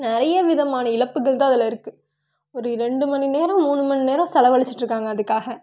நிறைய விதமான இழப்புகள் தான் அதில் இருக்குது ஒரு ரெண்டு மணிநேரம் மூணு மணிநேரம் செலவழிச்சுட்டுருக்காங்க அதுக்காக